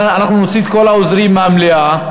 אנחנו נוציא את כל העוזרים מהמליאה,